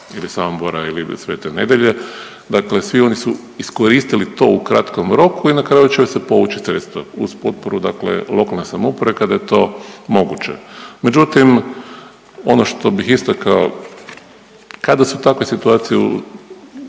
ili Samobora ili Sv. Nedjelje. Dakle, svi oni su iskoristili to u kratkom roku i na kraju će se povući sredstva uz potporu, dakle lokalne samouprave kada je to moguće. Međutim, ono što bih istakao kada su takve situacije